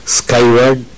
skyward